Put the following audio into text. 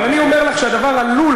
אבל אני אומר לך שהדבר עלול,